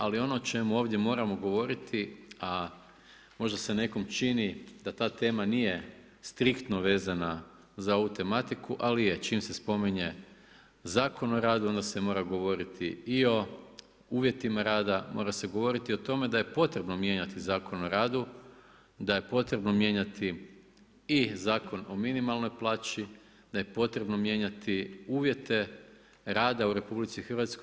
Ali ono o čemu moramo ovdje govoriti, a možda se nekom čini da ta tema nije striktno vezana za ovu tematiku, ali je, čim se spominje Zakon o radu onda se mora govoriti i o uvjetima rada, mora se govoriti o tome da je potrebno mijenjati Zakon o radu, da je potrebno mijenjati i Zakon o minimalnoj plaći, da je potrebno mijenjati uvjete rada u RH.